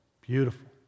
Beautiful